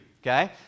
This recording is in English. Okay